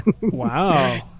Wow